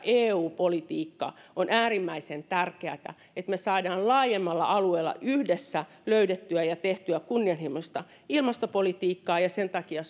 eu politiikka on äärimmäisen tärkeätä sen takia että me saamme laajemmalla alueella yhdessä löydettyä ja tehtyä kunnianhimoista ilmastopolitiikkaa ja ja sen takia